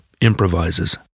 improvises